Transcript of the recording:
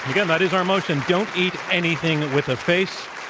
again, that is our motion, don't eat anything with a face.